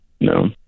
No